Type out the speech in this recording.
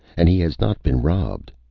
and he has not been robbed.